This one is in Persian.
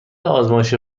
آزمایش